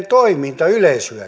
toiminta yleishyödyllistä